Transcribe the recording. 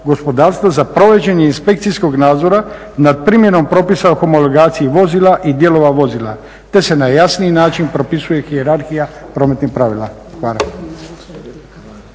za provođenje inspekcijskog nadzora nad primjenom propisa homologacije vozila i dijelova vozila te se na jasniji način propisuje hijerarhija prometnih pravila. Hvala.